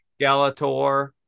Galator